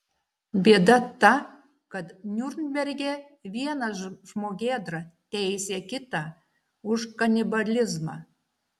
bėda ta kad niurnberge vienas žmogėdra teisė kitą už kanibalizmą